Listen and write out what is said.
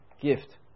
gift